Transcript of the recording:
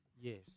Yes